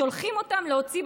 שולחים אותם להוציא,